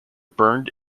burned